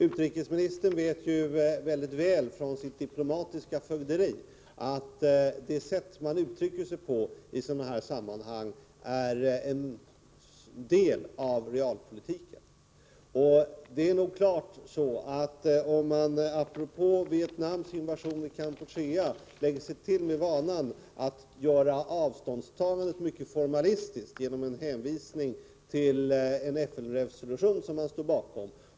Utrikesministern vet mycket väl från sitt diplomatiska fögderi att det sätt man uttrycker sig på i sådana här sammanhang är en del av realpolitiken. Man kanske apropå Vietnams invasion i Kampuchea lägger sig till med vanan att göra avståndstagandet mycket formalistiskt, genom hänvisning till en FN-resolution som man står bakom.